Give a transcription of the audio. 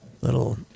little